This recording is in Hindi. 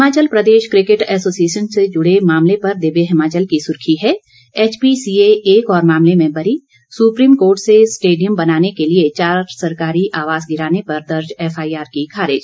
हिमाचल प्रदेश किकेट एसोसिएशन से जुड़े मामले पर दिव्य हिमाचल की सुर्खी है एचपीसीए एक और मामले में बरी सुप्रीम कोर्ट से स्टेडियम बनाने के लिए चार सरकारी आवास गिराने पर दर्ज एफआईआर की खारिज